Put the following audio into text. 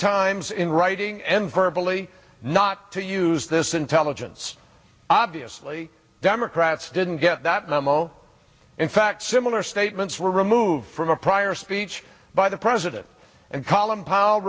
times in writing and purposely not to use this intelligence obviously democrats didn't get that memo in fact similar statements were removed from a prior speech by the president and colum powell